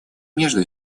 между